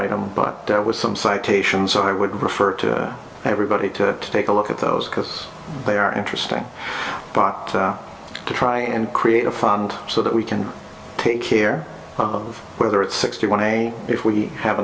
item but there was some citations i would refer to everybody to take a look at those because they are interesting but to try and create a fund so that we can take care of whether it's sixty one a if we have